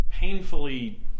Painfully